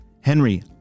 Henry